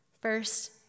First